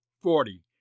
Forty